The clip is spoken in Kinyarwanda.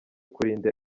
kurinda